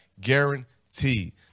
guaranteed